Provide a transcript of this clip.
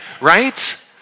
right